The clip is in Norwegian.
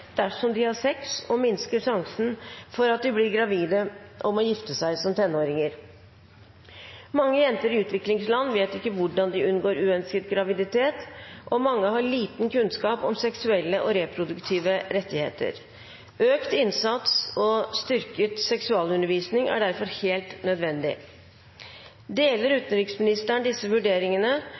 dersom de har sex. Det minsker faren for at de blir gravide eller må gifte seg som tenåringer. Mange jenter i utviklingsland vet ikke hvordan de unngår uønskede graviditeter, og mange har liten kunnskap om seksuelle og reproduktive rettigheter.